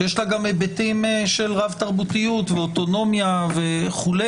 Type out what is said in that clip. שיש לה גם היבטים של רב תרבותיות ואוטונומיה וכו',